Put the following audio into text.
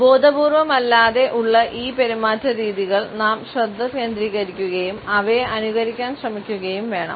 ബോധപൂർവ്വം അല്ലാതെ ഉള്ള ഈ പെരുമാറ്റരീതികളിൽ നാം ശ്രദ്ധ കേന്ദ്രീകരിക്കുകയും അവയെ അനുകരിക്കാൻ ശ്രമിക്കുകയും വേണം